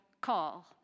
call